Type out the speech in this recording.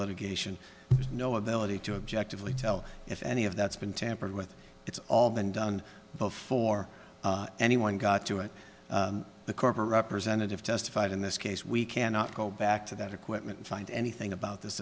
litigation no ability to objectively tell if any of that's been tampered with it's all been done before anyone got to it the corporate representative testified in this case we cannot go back to that equipment to find anything about this